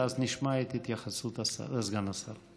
ואז נשמע את התייחסות סגן השר.